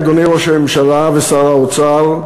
אדוני ראש הממשלה ושר האוצר,